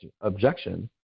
objection